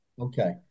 okay